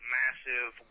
massive